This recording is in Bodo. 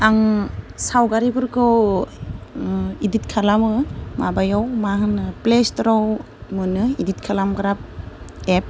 आं सावगारिफोरखौ एडिट खालामो माबायाव मा होनो प्लेस्ट'राव मोनो एडिट खालामग्रा एप